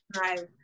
Right